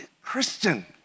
Christian